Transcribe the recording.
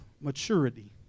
maturity